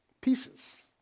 pieces